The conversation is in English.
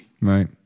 Right